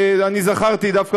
אני זכרתי דווקא,